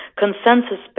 consensus